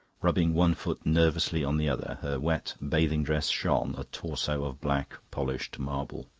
rubbing one foot nervously on the other. her wet bathing-dress shone, a torso of black polished marble.